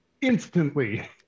instantly